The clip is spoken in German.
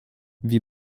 wir